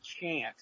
chance